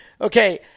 Okay